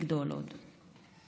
לגדול עוד.